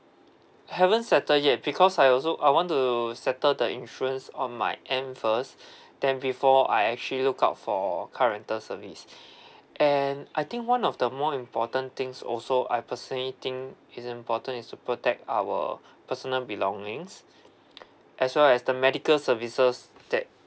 haven't settle yet because I also I want to settle the insurance on my end first then before I actually look out for car rental service and I think one of the more important things also I personally think is important is to protect our personal belongings as well as the medical services that